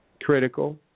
critical